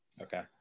Okay